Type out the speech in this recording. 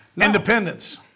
Independence